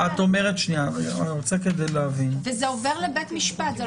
אני רוצה כדי להבין --- וזה עובר לבית משפט.